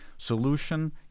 Solution